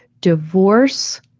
divorce